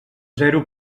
zero